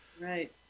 right